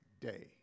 day